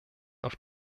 auf